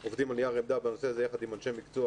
בנושא זה עובדים על נייר עמדה יחד עם אנשי מקצוע